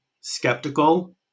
skeptical